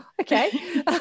okay